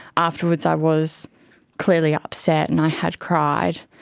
afterwards i was clearly upset and i had cried,